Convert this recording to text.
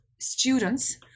students